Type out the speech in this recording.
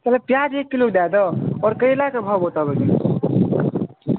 प्याज एक किलो दऽ दहक आओर करैलाके भाव बताबऽ